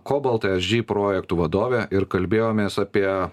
cobalt esg projektų vadovė ir kalbėjomės apie